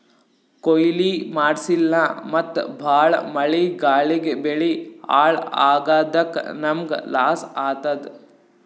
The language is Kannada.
ಕೊಯ್ಲಿ ಮಾಡ್ಸಿಲ್ಲ ಮತ್ತ್ ಭಾಳ್ ಮಳಿ ಗಾಳಿಗ್ ಬೆಳಿ ಹಾಳ್ ಆಗಾದಕ್ಕ್ ನಮ್ಮ್ಗ್ ಲಾಸ್ ಆತದ್